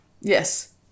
Yes